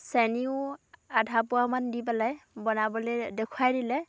চেনিও আধাপোৱামান দি পেলাই বনাবলৈ দেখুৱাই দিলে